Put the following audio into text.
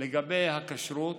לגבי הכשרות: